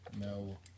No